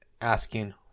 asking